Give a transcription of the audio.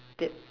that